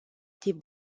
tip